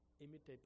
Imitate